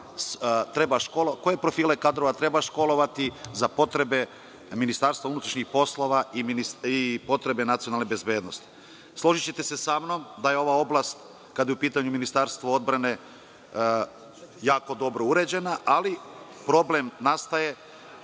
treba školovati za potrebe MUP i potrebe nacionalne bezbednosti. Složićete se sa mnom da je ova oblast, kada je u pitanju Ministarstvo odbrane jako dobro uređena, ali problem nastaje